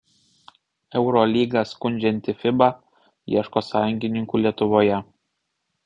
eurolygą skundžianti fiba ieško sąjungininkų lietuvoje